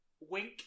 Wink